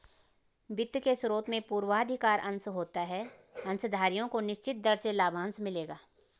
वित्त के स्रोत में पूर्वाधिकार अंश होता है अंशधारियों को निश्चित दर से लाभांश मिलेगा